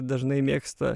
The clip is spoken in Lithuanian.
dažnai mėgsta